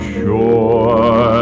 sure